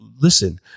listen